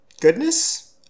goodness